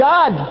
God